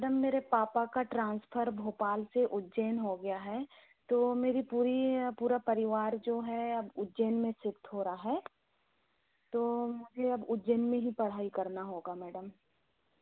madam मेरे पापा का ट्रांसफर भोपाल से उज्जैन हो गया है तो मेरी पूरी पूरा परिवार जो है अब उज्जैन में शिफ्ट हो रहा है तो मुझे अब उज्जैन में ही पढ़ाई करना होगा मैडम